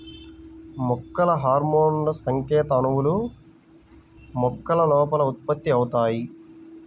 మొక్కల హార్మోన్లుసంకేత అణువులు, మొక్కల లోపల ఉత్పత్తి అవుతాయి